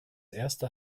erste